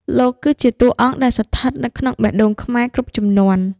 លោកគឺជាតួអង្គដែលស្ថិតនៅក្នុងបេះដូងខ្មែរគ្រប់ជំនាន់។